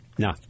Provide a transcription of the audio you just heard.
No